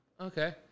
okay